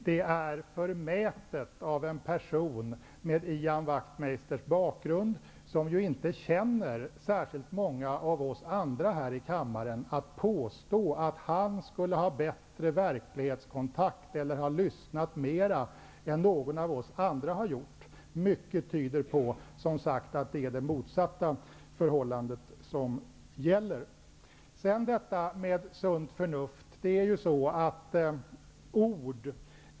Det är förmätet av en person med Ian Wachtmeisters bakgrund, som ju inte känner särskilt många av oss andra här i kammaren, att påstå att han skulle ha bättre verklighetskontakt eller ha lyssnat mera än någon av oss andra har gjort. Mycket tyder på som sagt, att det är det motsatta förhållandet som gäller. Sedan detta med sunt förnuft.